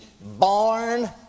born